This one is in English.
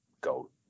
go